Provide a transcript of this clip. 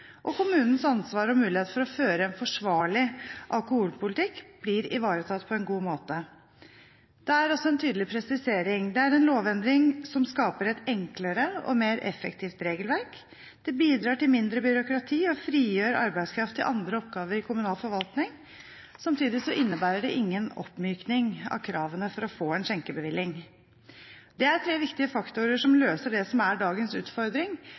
Kommunens ansvar og mulighet for å føre en forsvarlig alkoholpolitikk blir ivaretatt på en god måte. Det er også en tydelig presisering. Det er en lovendring som skaper et enklere og mer effektivt regelverk, bidrar til mindre byråkrati og frigjør arbeidskraft til andre oppgaver i kommunal forvaltning. Samtidig innebærer det ingen oppmykning av kravene for å få en skjenkebevilling. Det er tre viktige faktorer som løser det som er dagens utfordring: